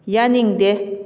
ꯌꯥꯅꯤꯡꯗꯦ